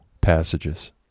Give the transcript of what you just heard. passages